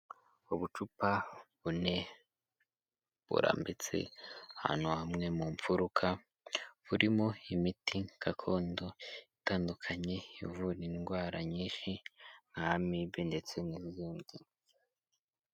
Ubucupa bune burambitse ahantu hamwe mu mfuruka, buririmo imiti gakondo itandukanye ivura indwara nyinshi nka Amibe ndetse n'izindi.